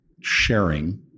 sharing